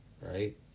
right